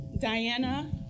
Diana